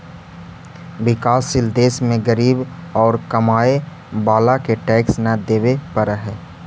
विकासशील देश में गरीब औउर कमाए वाला के टैक्स न देवे पडऽ हई